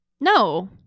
No